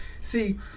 see